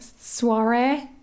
soiree